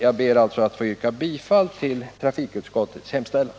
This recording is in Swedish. Jag ber att få yrka bifall till trafikutskottets hemställan.